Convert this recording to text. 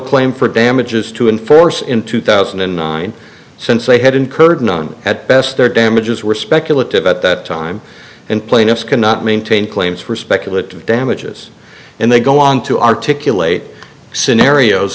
claim for damages to enforce in two thousand and nine since they had incurred none at best their damages were speculative at that time and plaintiffs cannot maintain claims for speculative damages and they go on to articulate scenarios